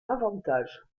avantage